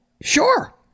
Sure